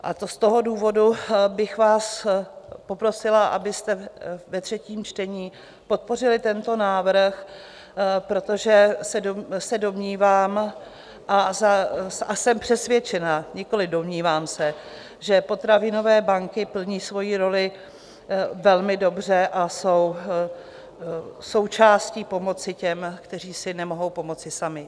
A z toho důvodu bych vás poprosila, abyste ve třetím čtení podpořili tento návrh, protože se domnívám a jsem přesvědčena nikoli domnívám se že potravinové banky plní svoji roli velmi dobře a jsou součástí pomoci těm, kteří si nemohou pomoci sami.